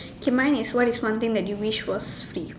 K mine is what is one thing that you wish was free